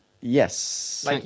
Yes